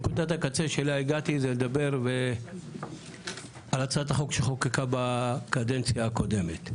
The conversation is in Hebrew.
נקודת הקצה שאליה הגעתי זה לדבר על הצעת החוק שחוקקה בקדנציה הקודמת.